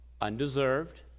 Undeserved